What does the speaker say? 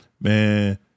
man